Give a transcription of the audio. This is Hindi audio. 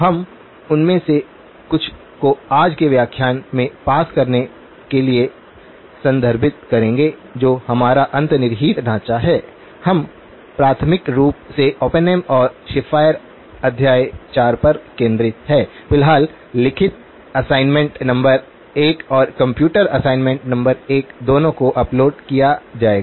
हम उनमें से कुछ को आज के व्याख्यान में पास करने के लिए संदर्भित करेंगे जो हमारा अंतर्निहित ढांचा है हम प्राथमिक रूप से ओपेनहेम और शेफर अध्याय 4 पर केंद्रित हैं फिलहाल लिखित असाइनमेंट नंबर 1 और कंप्यूटर असाइनमेंट नंबर 1 दोनों को अपलोड किया जाएगा